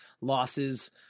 losses